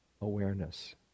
awareness